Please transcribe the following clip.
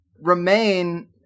remain